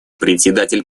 председатель